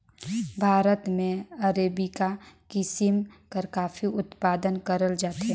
भारत में अरेबिका किसिम कर काफी उत्पादन करल जाथे